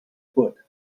foot